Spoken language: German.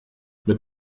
mit